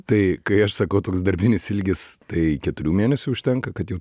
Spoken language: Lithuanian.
tai kai aš sakau toks darbinis ilgis tai keturių mėnesių užtenka kad jau